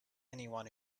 anyone